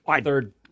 third